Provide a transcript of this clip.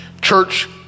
Church